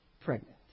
pregnant